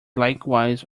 likewise